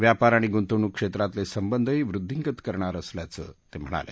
व्यापार आणि गुंतवणूक क्षेत्रातले संबधही वृंदधीगत करणार असल्याचं ते म्हणाले